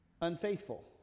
unfaithful